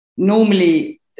Normally